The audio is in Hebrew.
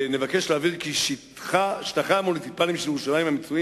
נבקש להבהיר כי שטחיה המוניציפליים של ירושלים המצויים